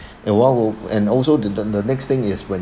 and while and also the the the next thing is when